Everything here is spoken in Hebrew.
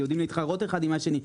שיודעים להתחרות אחד עם השני.